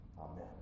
amen